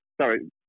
sorry